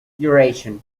duration